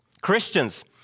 Christians